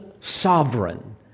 sovereign